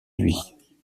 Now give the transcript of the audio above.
lui